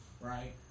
right